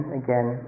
again